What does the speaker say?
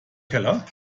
keller